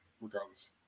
regardless